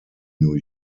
new